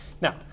Now